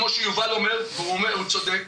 כמו שיובל אומר והוא אומר והוא צודק,